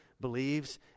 believes